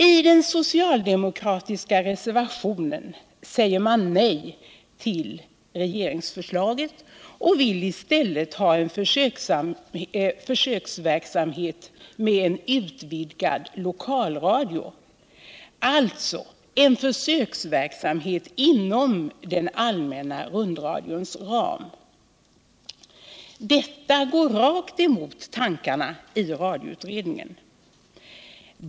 I den socialdemokratiska reservationen säger man nej till regeringsför slaget och vill i stället ha en försöksverksamhet med en utvidgad lokalradio — alltså en försöksverksamhet inom den allmänna rundradions ram. Detta går rakt emot tankarna i radioutredningen.